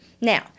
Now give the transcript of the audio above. Now